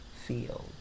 field